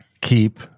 keep